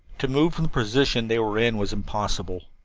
to move from the position they were in was impossible.